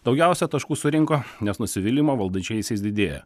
daugiausia taškų surinko nes nusivylimo valdančiaisiais didėja